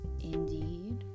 Indeed